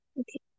okay